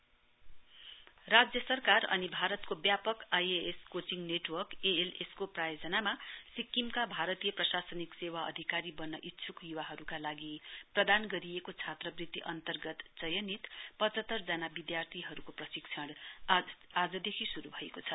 I A S coaching राज्य सरकार अनि भारतको व्यापक IAS coaching network A LS को प्रायोजनामा सिक्कमका भारतीय प्रशासनिक सेवा अधिकारी बन्न इच्छुक युवाहरूका लागि प्रदान गरिएको छात्रवृत्ति अन्तर्गत चयनित पचहत्तर जना विद्यार्थीहरूको प्रशिक्षण आजदेखि शुरू भएको छ